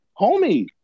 homie